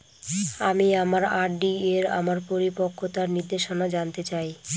আমি আমার আর.ডি এর আমার পরিপক্কতার নির্দেশনা জানতে চাই